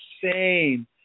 insane